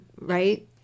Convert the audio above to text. Right